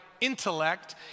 intellect